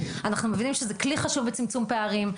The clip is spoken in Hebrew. אנחנו מבינים שזה כלי חשוב בצמצום פערים,